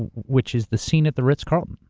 and which is the scene at the ritz carlton.